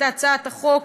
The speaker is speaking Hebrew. את הצעת החוק,